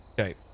Okay